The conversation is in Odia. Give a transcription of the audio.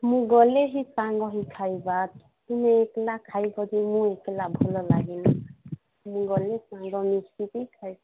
ମୁଁ ଗଲେ ହିଁ ସାଙ୍ଗ ହୋଇକି ଖାଇବା ଏକଲା ଖାଇ ଏକଲା ଭଲ ଲାଗେନି ମୁଁ ଗଲେ ସାଙ୍ଗ ମିଶିକି ଖାଇବା